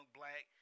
black